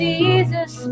Jesus